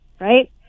Right